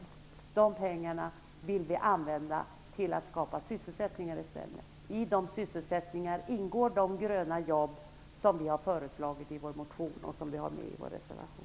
Dessa pengar vill vi i stället använda till att skapa sysselsättning. I den sysselsättningen ingår också de gröna jobb som vi har föreslagit i vår motion och som vi har med i vår reservation.